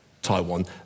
Taiwan